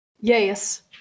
Yes